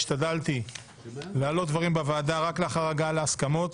השתדלתי להעלות דברים בוועדה רק לאחר הגעה להסכמות,